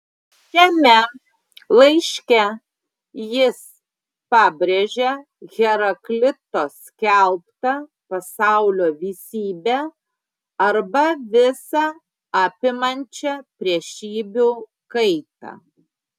šiame laiške jis pabrėžia heraklito skelbtą pasaulio visybę arba visą apimančią priešybių kaitą